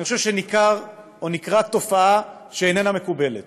אני חושב שניכרה תופעה שאיננה מקובלת,